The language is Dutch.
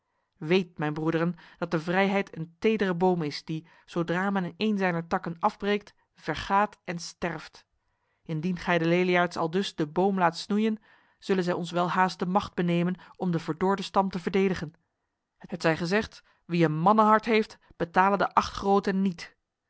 weet mijn broederen dat de vrijheid een tedere boom is die zodra men een zijner takken afbreekt vergaat en sterft indien gij de leliaards aldus de boom laat snoeien zullen zij ons welhaast de macht benemen om de verdorde stam te verdedigen het zij gezegd wie een mannenhart heeft betale de acht groten niet